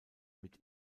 mit